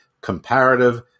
comparative